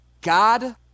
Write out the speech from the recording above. God